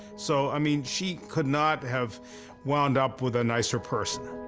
so i mean she could not have wound up with a nicer person.